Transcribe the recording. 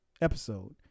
episode